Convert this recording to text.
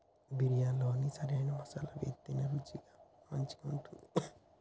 బిర్యాణిలో సరైన మసాలాలు వేత్తేనే రుచి మంచిగుంటది